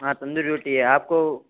हाँ तंदूरी रोटी है आपको